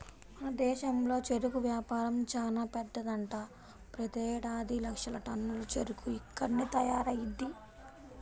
మన దేశంలో చెరుకు వ్యాపారం చానా పెద్దదంట, ప్రతేడాది లక్షల టన్నుల చెరుకు ఇక్కడ్నే తయారయ్యిద్ది